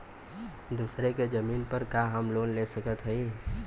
दूसरे के जमीन पर का हम लोन ले सकत हई?